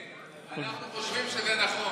כן, אנחנו חושבים שזה נכון.